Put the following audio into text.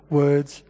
words